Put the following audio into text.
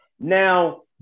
Now